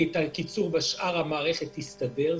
העיקרון המרכזי הוא